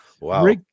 Wow